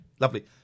lovely